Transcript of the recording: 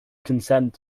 consent